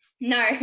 no